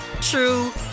true